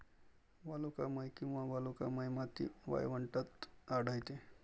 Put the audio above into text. वालुकामय किंवा वालुकामय माती वाळवंटात आढळते